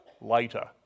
later